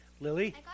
Lily